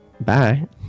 Bye